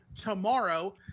tomorrow